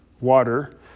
water